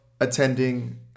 attending